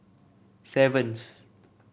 seventh